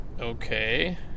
Okay